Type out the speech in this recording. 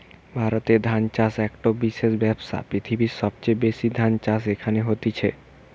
ভারতে ধান চাষ একটো বিশেষ ব্যবসা, পৃথিবীর সবচেয়ে বেশি ধান চাষ এখানে হতিছে